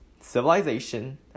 civilization